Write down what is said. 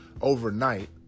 overnight